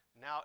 Now